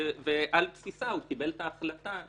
ועל בסיסה הוא קיבל את ההחלטה.